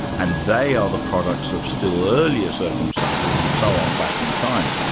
and they are the products of still earlier circumstances, and so on back in time.